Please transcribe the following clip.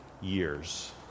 years